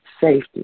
safety